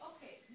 Okay